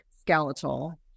skeletal